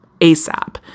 ASAP